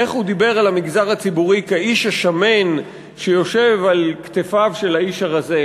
איך הוא דיבר על המגזר הציבורי כאיש השמן שישוב על כתפיו של האיש הרזה,